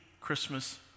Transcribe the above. Christmas